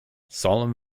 solemn